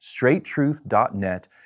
straighttruth.net